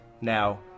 Now